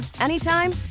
anytime